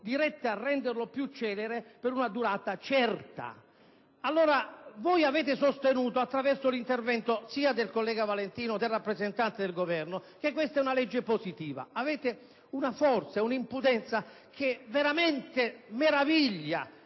dirette a renderlo più celere, e la garanzia di durata certa». Voi avete sostenuto, attraverso l'intervento sia del senatore Valentino, sia del rappresentante del Governo, che questa è una legge positiva. Avete una forza e un'impudenza che veramente meraviglia